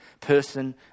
person